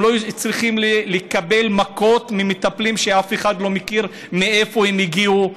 הם לא צריכים לקבל מכות ממטפלים שאף אחד לא יודע מאיפה הם הגיעו.